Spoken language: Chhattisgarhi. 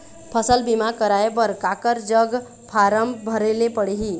फसल बीमा कराए बर काकर जग फारम भरेले पड़ही?